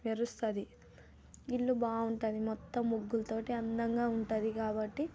మెరుస్తుంది ఇల్లు బాగుంటుంది మొత్తం ముగ్గులతోటి అందంగా ఉంటుంది కాబట్టి